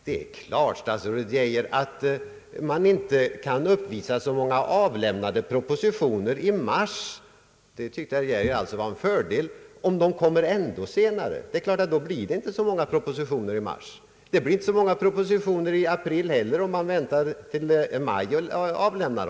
Det är klart, statsrådet Geijer, att man inte kan uppvisa så många avlämnade propositioner i mars — och det tyckte statsrådet Geijer var en fördel — om de avlämnas ännu senare. Då blir det givetvis inte så många propositioner i mars. Det blir inte så många propositioner i april heller, om man väntar med att avlämna dem till i maj.